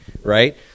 Right